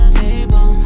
table